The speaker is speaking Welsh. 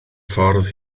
ffordd